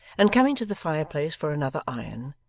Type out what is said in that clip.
and coming to the fireplace for another iron,